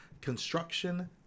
construction